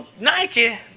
Nike